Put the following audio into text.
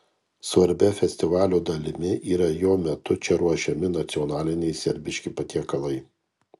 svarbia festivalio dalimi yra jo metu čia ruošiami nacionaliniai serbiški patiekalai